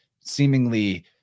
Seemingly